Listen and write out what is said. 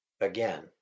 Again